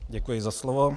Děkuji za slovo.